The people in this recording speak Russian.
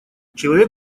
человек